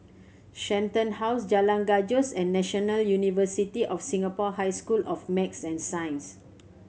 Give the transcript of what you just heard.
Shenton House Jalan Gajus and National University of Singapore High School of Math and Science